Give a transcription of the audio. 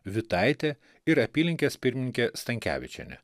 vitaitė ir apylinkės pirmininkė stankevičienė